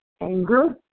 anger